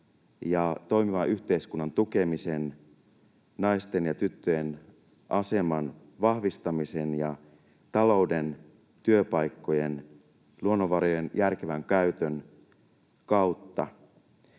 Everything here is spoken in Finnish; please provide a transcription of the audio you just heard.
ja toimivan yhteiskunnan tukemisen, naisten ja tyttöjen aseman vahvistamisen ja talouden, työpaikkojen, luonnonvarojen järkevän käytön kautta,